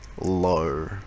low